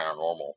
paranormal